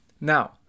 Now